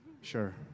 Sure